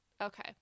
Okay